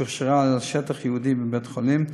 שהוכשרה על שטח ייעודי בבית-החולים,